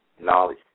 knowledge